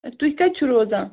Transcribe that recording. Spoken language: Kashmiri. ٲں تُہۍ کَتہِ چھو روزان